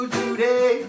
today